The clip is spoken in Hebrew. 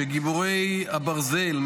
שגיבורי הברזל,